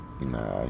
Nah